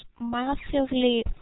massively